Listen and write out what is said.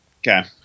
Okay